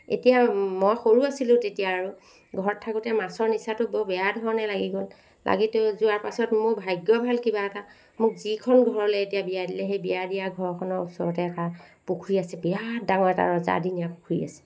এতিয়া মই সৰু আছিলো তেতিয়া আৰু ঘৰত থাকোতে মাছৰ নিচাটো বৰ বেয়া ধৰণে লাগি গ'ল লাগি ত' যোৱা পাছত মোৰ ভাগ্য ভাল কিবা এটা মোক যিখন ঘৰলৈ এতিয়া বিয়া দিলে সেই বিয়া দিয়া ঘৰখনৰ ওচৰতে এটা পুখুৰী আছে বিৰাট ডাঙৰ এটা ৰজাদিনীয়া পুখুৰী আছে